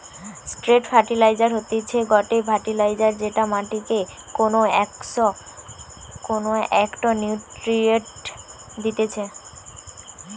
straight fertiliser হতিছে গটে fertiliser যেটা মাটিকে কোনো একটো নিউট্রিয়েন্ট দিতেছে